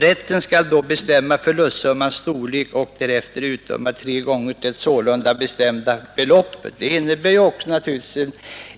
Rätten skall då bestämma förlustsummans storlek och därefter utdöma tre gånger det sålunda bestämda beloppet.” Detta innebär naturligtvis